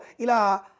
Ila